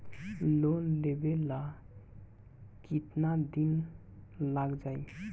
Loan लेबे ला कितना दिन लाग जाई?